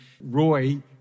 Roy